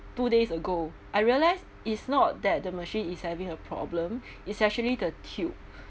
two days ago I realise it's not that the machine is having a problem it's actually the tube